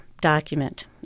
document